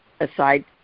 aside